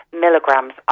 milligrams